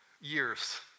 years